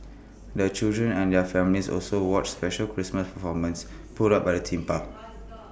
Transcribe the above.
the children and their families also watched special Christmas performances put up by the theme park